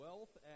Wealth